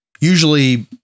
usually